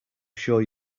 sure